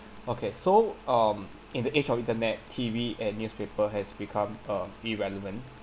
okay so um in the age of internet T_V and newspaper has become uh irrelevant